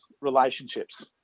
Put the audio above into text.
relationships